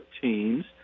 teams